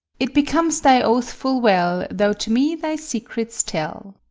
it becomes thy oath full well thou to me thy secrets tell.